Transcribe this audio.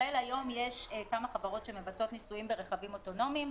בישראל היום יש כמה חברות שמבצעות ניסויים ברכבים אוטונומיים,